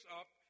up